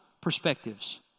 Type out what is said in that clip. perspectives